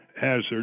hazard